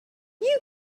you